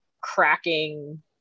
cracking